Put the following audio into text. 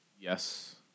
Yes